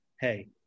hey